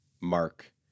mark